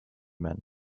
men